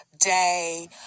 day